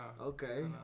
Okay